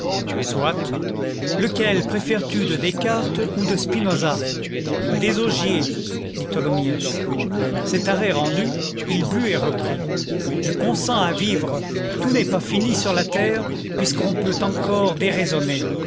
lequel préfères tu de descartes ou de spinosa désaugiers dit tholomyès cet arrêt rendu il but et reprit je consens à vivre tout n'est pas fini sur la terre puisqu'on peut encore déraisonner